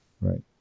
Right